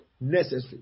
necessary